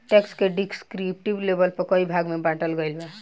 tax के descriptive label पर कई भाग में बॉटल गईल बा